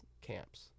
camps